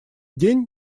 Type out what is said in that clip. день